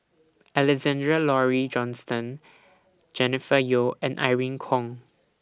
Alexander Laurie Johnston Jennifer Yeo and Irene Khong